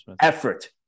effort